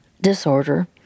disorder